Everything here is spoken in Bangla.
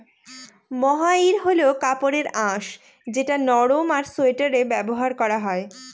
মহাইর হল কাপড়ের আঁশ যেটা নরম আর সোয়াটারে ব্যবহার করা হয়